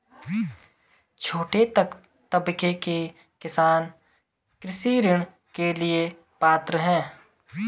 छोटे तबके के किसान कृषि ऋण के लिए पात्र हैं?